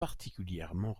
particulièrement